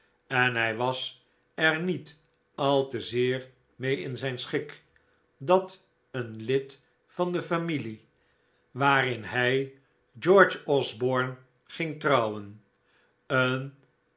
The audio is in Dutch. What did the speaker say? en hij was er niet al te zeer mee in zijn schik dat een lid van de familie waarin hij george osborne van het de ging trouwen een